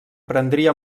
prendria